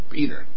Peter